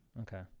Okay